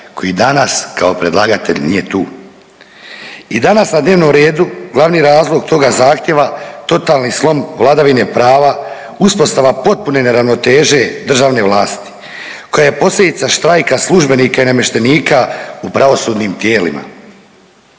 koji danas kao predlagatelj nije tu. I danas na dnevnom redu glavni razlog toga zahtjeva totalni slom vladavine prava, uspostava potpune neravnoteže državne vlasti koja je posljedica štrajka službenika i namještenika u pravosudnim tijelima.